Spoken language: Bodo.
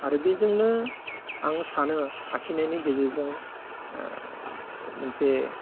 आरो बेजोंनो आङो सानो आखिनायनि गेजेरजों मोनसे